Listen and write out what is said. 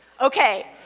Okay